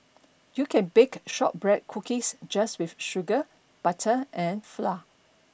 you can bake shortbread cookies just with sugar butter and flour